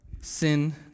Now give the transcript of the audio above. sin